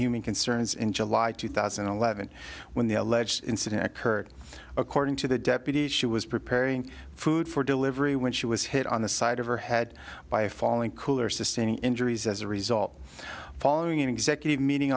human concerns in july two thousand and eleven when the alleged incident occurred according to the deputy she was preparing food for delivery when she was hit on the side of her head by a falling cooler sustaining injuries as a result following an executive meeting